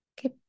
Okay